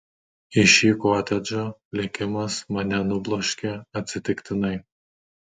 į šį kotedžą likimas mane nubloškė atsitiktinai